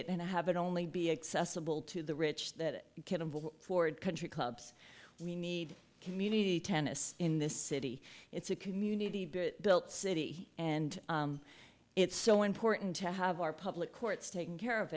it and have it only be accessible to the rich that forward country clubs we need community tennis in this city it's a community built city and it's so important to have our public courts taken care of